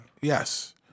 Yes